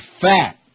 fat